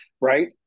Right